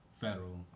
federal